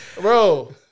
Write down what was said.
Bro